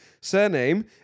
Surname